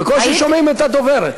בקושי שומעים את הדוברת.